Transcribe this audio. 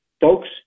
Folks